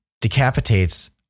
decapitates